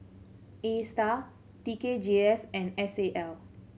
Astar T K G S and S A L